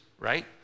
right